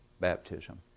baptism